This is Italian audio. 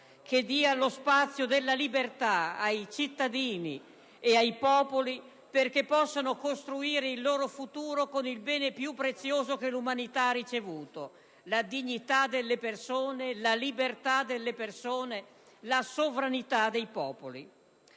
che assicuri lo spazio della libertà ai cittadini e ai popoli perché possano costruire il loro futuro con il bene più prezioso che l'umanità ha ricevuto: la dignità delle persone, la libertà delle persone, la sovranità dei popoli.